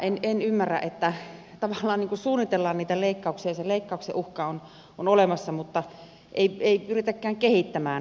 en ymmärrä että tavallaan suunnitellaan niitä leikkauksia se leikkauksen uhka on olemassa mutta ei pyritäkään kehittämään